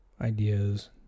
ideas